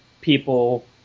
people